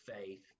faith